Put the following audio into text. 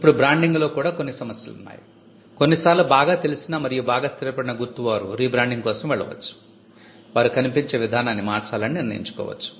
ఇప్పుడు బ్రాండింగ్లో కూడా కొన్ని సమస్యలు ఉన్నాయి కొన్ని సార్లు బాగా తెలిసిన మరియు బాగా స్థిరపడిన గుర్తు వారు రీబ్రాండింగ్ కోసం వెళ్ళవచ్చు వారు కనిపించే విధానాన్ని మార్చాలని నిర్ణయించుకోవచ్చు